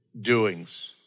Doings